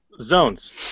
zones